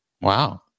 Wow